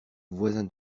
voisin